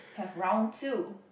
have round two